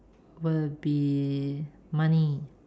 will be money